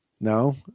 No